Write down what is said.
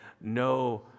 no